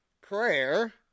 prayer